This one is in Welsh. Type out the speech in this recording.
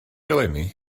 eleni